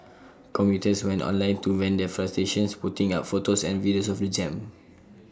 commuters went online to vent their frustrations putting up photos and videos of the jam